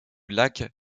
lac